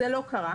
זה לא קרה.